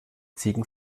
ziegen